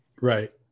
right